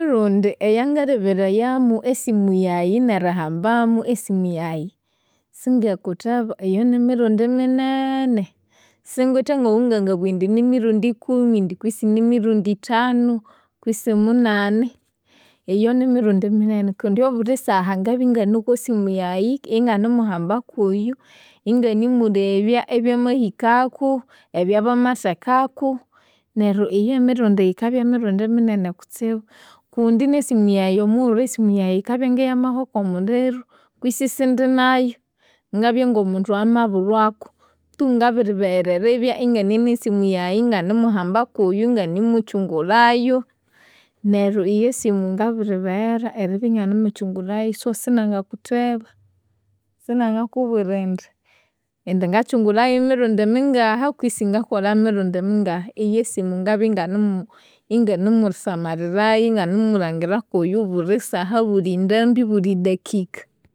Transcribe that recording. Emirundi eyangaleberayamu esimu yayi, nerihambamu esimu yayi, singendikutheba iyo nimirundi minene. Singwithe kokungangabugha indi nimirundi ikumi indi kwisi nimirundi ithanu, kwisi munani, iyo nimirundi minene kundi obuli saha ngabya ingane okwasimu yayi, inganimuhamba kuyo. Inganimulebya ebyamahikaku, ebyamathekaku, neryo iyo emirundi yikabya mirundi minene kutsibu. Kundi nesimu yayi, omughulhu esimu yayi yikabya ngeyamahwaku omuliro, kwisi isindi nayu, ngabya ngomundu eyamabulhwaku. Tu ngabiribeghera eribya inganenesimu yayi inganimuhambakuyu, inganimukyungulhayu, neryo iyo esimu ngabiribeghera eribya inganimukyungulhayu, so sinangakutheba. Sinangakubwira indi indi ngakyungulhayu mirundi mingaha kwisi ngakolha mingaha, iyo esimu ngabya inganimu inganimusamalirayu, inganimulhangira kuyu bulisaha bulindambi, bulidakika.